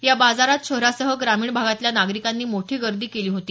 या बाजारात शहरासह ग्रामीण भागातल्या नागरिकांनी मोठी गर्दी केली होती